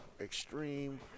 Extreme